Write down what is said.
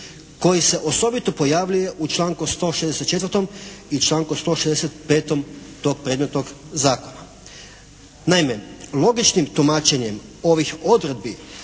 koji se osobito pojavljuje u članku 164. i članku 165. tog predmetnog zakona. Naime, logičnim tumačenjem ovih odredbi